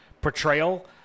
portrayal